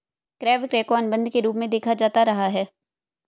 क्रय विक्रय को अनुबन्ध के रूप में देखा जाता रहा है